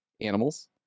animals